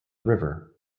river